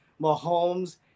Mahomes